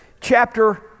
chapter